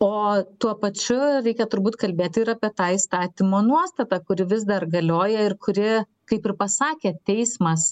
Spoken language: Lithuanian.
o tuo pačiu reikia turbūt kalbėti ir apie tą įstatymo nuostatą kuri vis dar galioja ir kuri kaip ir pasakė teismas